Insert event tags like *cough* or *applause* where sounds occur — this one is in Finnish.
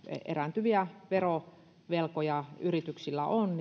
erääntyviä verovelkoja yrityksillä on *unintelligible*